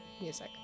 music